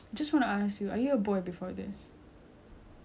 and then I look at her cause I macam lost kan apa seh dia ni berbual